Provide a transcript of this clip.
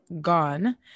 gone